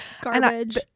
Garbage